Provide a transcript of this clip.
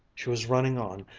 she was running on,